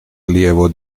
allievo